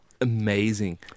amazing